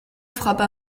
frappa